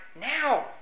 now